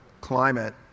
climate